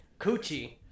coochie